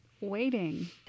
waiting